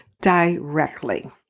directly